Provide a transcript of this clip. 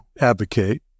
advocate